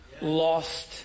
lost